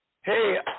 Hey